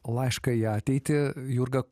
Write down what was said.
laišką į ateitį jurga